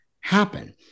happen